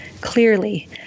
clearly